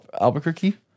Albuquerque